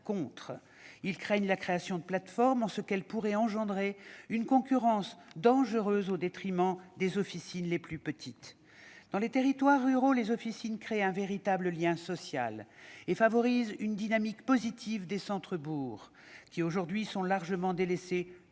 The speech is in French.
craignent que la création de plateformes de vente en ligne n'engendre une concurrence dangereuse au détriment des officines les plus petites. Dans les territoires ruraux, les officines créent un véritable lien social. Elles favorisent une dynamique positive des centres-bourgs, qui, aujourd'hui, sont largement délaissés